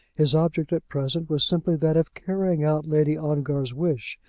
his object at present was simply that of carrying out lady ongar's wish,